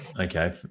okay